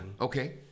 okay